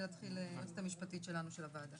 היועצת המשפטית שלנו של הוועדה,